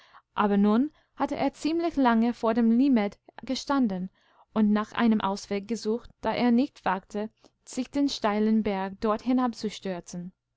derfuluelfhattewährenddessentranstrandundlimaausgegraben abernun hatte er ziemlich lange vor dem limed gestanden und nach einem ausweg gesucht da er nicht wagte sich den steilen berg dort